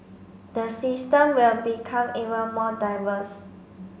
the system will become even more diverse